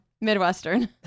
Midwestern